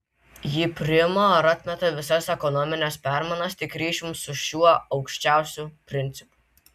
ji priima ar atmeta visas ekonomines permainas tik ryšium su šiuo aukščiausiu principu